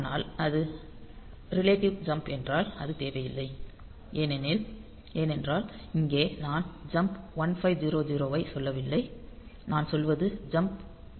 ஆனால் அது relative jump என்றால் அது தேவையில்லை ஏனென்றால் இங்கே நான் ஜம்ப் 1500 ஐ சொல்லவில்லை நான் சொல்வது ஜம்ப் பை பிளஸ் 500